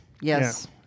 Yes